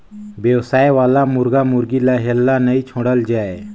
बेवसाय वाला मुरगा मुरगी ल हेल्ला नइ छोड़ल जाए